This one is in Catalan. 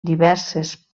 diverses